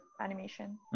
animation